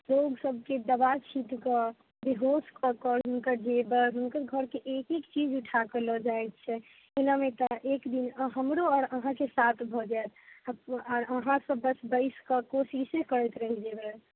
लोग सबके दबाइ छीटके बेहोश कऽके हुनकर जेवर हुनकर घरके एक एक चीज उठाके लऽ जाइ छै एनामे एक दिन हमरो आओर अहाँके साथ भऽ जायत आओर अहाँ सब बस बैसिके कोशिशे करैत रहि जेबै